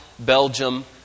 Belgium